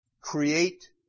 create